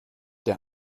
der